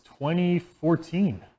2014